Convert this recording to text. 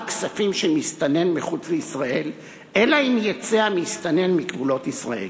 כספים של מסתנן מחוץ לישראל אלא אם יֵצא המסתנן מגבולות ישראל.